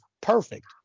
Perfect